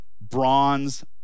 bronze